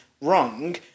wrong